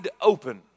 open